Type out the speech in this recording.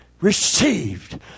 received